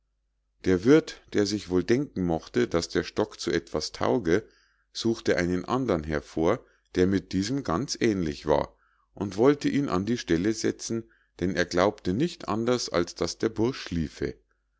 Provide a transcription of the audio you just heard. der wirth der sich wohl denken mochte daß der stock zu etwas tauge suchte einen andern hervor der diesem ganz ähnlich war und wollte ihn an die stelle setzen denn er glaubte nicht anders als daß der bursch schliefe